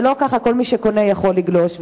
ולא כך שכל מי שקונה יכול לגלוש,